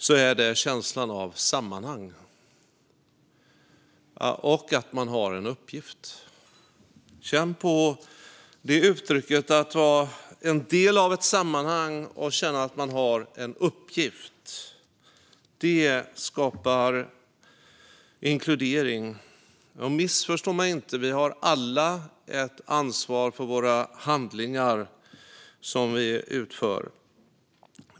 Det är känslan av sammanhang och att man har en uppgift. Känn på det uttrycket: att vara en del av ett sammanhang och känna att man har en uppgift. Det skapar inkludering. Missförstå mig inte! Vi har alla ett ansvar för de handlingar som vi utför.